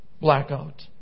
blackout